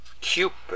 cupid